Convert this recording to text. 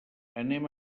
anem